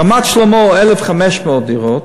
רמת-שלמה, 1,500 דירות,